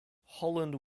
holland